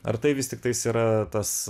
ar tai vis tiktais yra tas